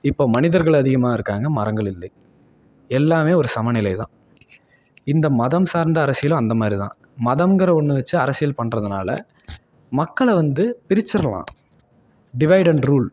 இப்போ மனிதர்கள் அதிகமாக இருக்காங்க மரங்கள் இல்லை எல்லாமே ஒரு சம நிலைதான் இந்த மதம் சார்ந்த அரசியலும் அந்த மாதிரிதான் மதம்கிற ஒன்று வச்சு அரசியல் பண்ணுறதுனால மக்களை வந்து பிரிச்சுருலாம் டிவைட் அண்ட் ரூல்